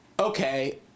okay